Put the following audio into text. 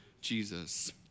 Jesus